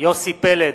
יוסי פלד,